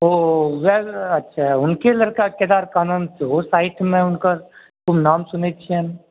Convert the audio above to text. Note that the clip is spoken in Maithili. ओ वा अच्छा हुनके लड़का केदारकानन सेहो साहित्य मे हुनकर खूब नाम सुनै छियनि